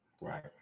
Right